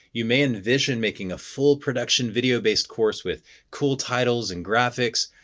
you may envision making a full-production video based course with cool titles and graphics,